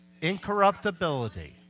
Incorruptibility